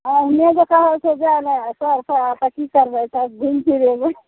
नहि जे कहै छै जाए लए सभकेँ तऽ कि करबै घुमि फिर अएबै